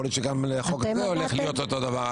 יכול להיות שגם לחוק הזה הולך להיות אותו דבר.